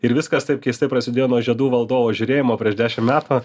ir viskas taip keistai prasidėjo nuo žiedų valdovo žiūrėjimo prieš dešimt metų